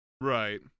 right